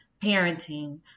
parenting